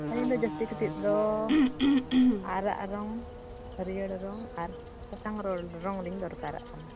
ᱟᱹᱞᱤᱧ ᱫᱚ ᱡᱟᱹᱥᱛᱤ ᱠᱟᱛᱮᱫ ᱫᱚ ᱟᱨᱟᱜ ᱨᱚᱝ ᱦᱟᱹᱨᱭᱟᱹᱲ ᱨᱚᱝ ᱟᱨ ᱥᱟᱥᱟᱝ ᱨᱚᱝ ᱞᱤᱧ ᱫᱚᱨᱠᱟᱨᱚᱜ ᱠᱟᱱᱟ